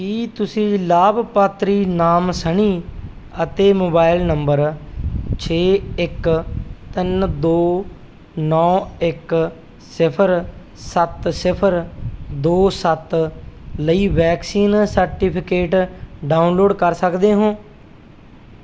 ਕੀ ਤੁਸੀਂ ਲਾਭਪਾਤਰੀ ਨਾਮ ਸਨੀ ਅਤੇ ਮੋਬਾਈਲ ਨੰਬਰ ਛੇ ਇੱਕ ਤਿੰਨ ਦੋ ਨੌਂ ਇੱਕ ਸਿਫਰ ਸੱਤ ਸਿਫਰ ਦੋ ਸੱਤ ਲਈ ਵੈਕਸੀਨ ਸਰਟੀਫਿਕੇਟ ਡਾਊਨਲੋਡ ਕਰ ਸਕਦੇ ਹੋ